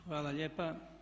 Hvala lijepa.